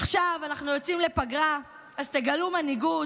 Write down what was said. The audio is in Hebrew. עכשיו אנחנו יוצאים לפגרה, אז תגלו מנהיגות.